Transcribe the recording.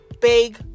big